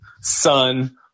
Son